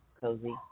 cozy